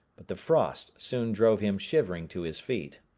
but the frost soon drove him shivering to his feet.